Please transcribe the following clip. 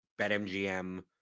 BetMGM